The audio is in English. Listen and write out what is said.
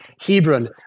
Hebron